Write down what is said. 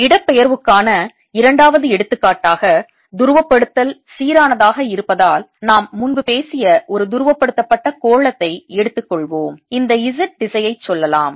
இடப்பெயர்வுக்கான இரண்டாவது எடுத்துக்காட்டாக துருவப்படுத்தல் சீரானதாக இருப்பதால் நாம் முன்பு பேசிய ஒரு துருவப்படுத்தப்பட்ட கோளத்தை எடுத்துக் கொள்வோம் இந்த Z திசையைச் சொல்லலாம்